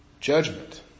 Judgment